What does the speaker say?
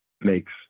makes